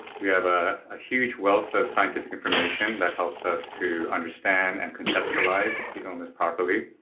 we have a ah huge wealth of scientific information that helps us to understand and conceptualize the illness properly.